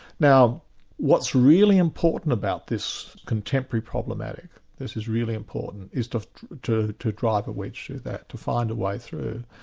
now what's really important about this contemporary problematic, this is really important, is to to drive a wedge through that, to find a way through.